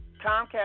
Comcast